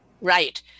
Right